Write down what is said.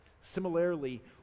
similarly